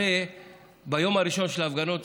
הרי ביום הראשון של ההפגנות,